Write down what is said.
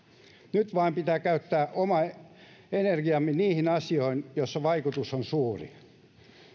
nyt vain pitää käyttää oma energiamme niihin asioihin joissa vaikutus on suuri